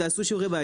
תעשו שיעורי בית,